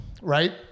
right